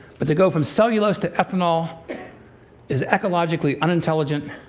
but to go from cellulose to ethanol is ecologically unintelligent,